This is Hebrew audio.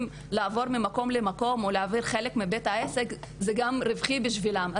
לפעמים מעבר ממקום למקום או להעביר חלק מבית העסק זה גם רווחי בשבילם.